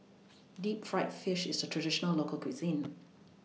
Deep Fried Fish IS A Traditional Local Cuisine